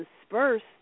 dispersed